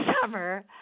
summer